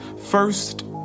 first